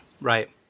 Right